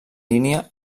línia